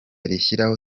rishyiraho